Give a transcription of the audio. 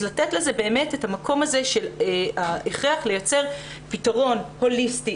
אז לתת לזה באמת את המקום הזה של ההכרח לייצר פתרון הוליסטי,